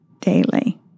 daily